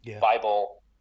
Bible